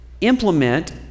implement